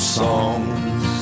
songs